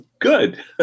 good